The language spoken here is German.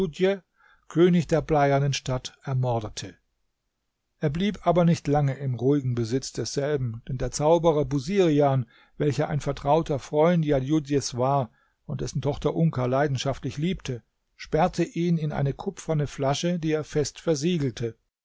könig der bleiernen stadt ermordete er blieb aber nicht lange im ruhigen besitz desselben denn der zauberer busirian welcher ein vertrauter freund jadjudjs war und dessen tochter unka leidenschaftlich liebte sperrte ihn in eine kupferne flasche die er fest versiegelte